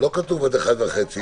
אבל כשאני מסתכל על התקנות העתידיות,